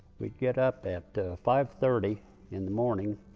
we'd get up at five thirty in the morning,